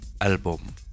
album